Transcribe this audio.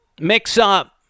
mix-up